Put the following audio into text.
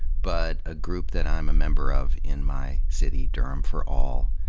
but a group that i'm a member of in my city, durham for all,